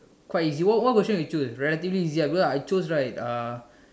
quite easy what what question you choose relatively easy ah because I chose right uh